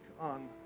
on